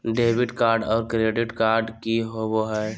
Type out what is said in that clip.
Debit card और credit card की होवे हय?